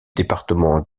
département